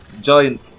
giant